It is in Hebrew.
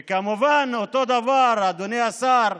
וכמובן, אותו דבר, אדוני השר,